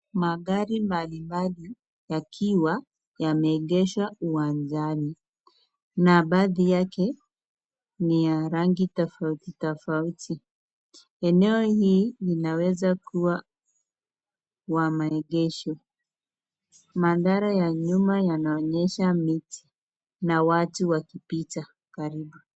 Magari mbali mbali yakiwa yameegeshwa uwanjani na baadhi yake ni ya rangi tofauti tofauti. Eneo hii inaweza kua wa maegesho. Mandhara ya nyuma yanaonyesha miti na watu wakipita karibu.